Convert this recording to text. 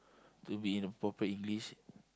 to be in a proper English